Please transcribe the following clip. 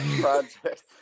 project